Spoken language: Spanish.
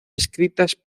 escritas